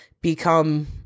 become